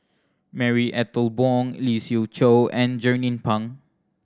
Marie Ethel Bong Lee Siew Choh and Jernnine Pang